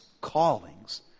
callings